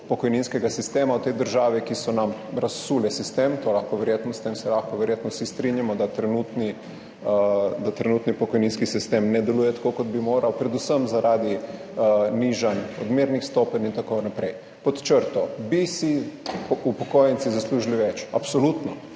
pokojninskega sistema v tej državi, ki so nam razsule sistem. S tem se lahko verjetno vsi strinjamo, da trenutni pokojninski sistem ne deluje tako, kot bi moral, predvsem zaradi nižanj odmernih stopenj in tako naprej. Pod črto bi si upokojenci zaslužili več, absolutno.